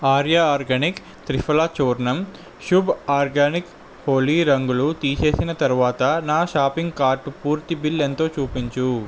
Arya organic Triphala చూర్ణం Shubh organic Holi రంగులు తీసేసిన తరువాత నా షాపింగ్ కార్టు పూర్తి బిల్లు ఎంతో చూపించు